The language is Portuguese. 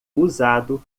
usado